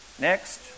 Next